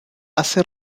hace